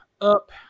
up